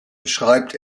schreibt